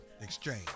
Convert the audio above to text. exchange